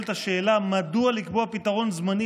ונשאלת השאלה: מדוע לקבוע פתרון זמני